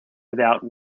without